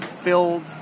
filled